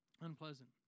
Unpleasant